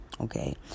Okay